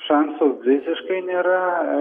šansų visiškai nėra